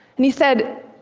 and he said,